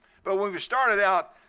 but when we started out,